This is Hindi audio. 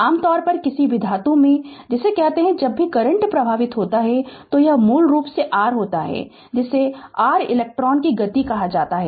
आम तौर पर किसी भी धातु में जिसे कहते हैं कि जब भी करंट प्रवाहित होता है तो यह मूल रूप से r होता है जिसे r इलेक्ट्रॉनों की गति कहा जाता है